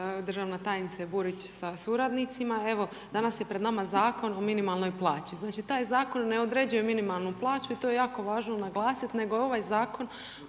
državna tajnice Burić sa suradnicima. Evo danas je pred nama Zakon o minimalnoj plaći, znači taj zakon ne određuje minimalnu plaću i to je jako važno naglasiti nego je ovaj zakon